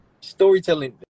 Storytelling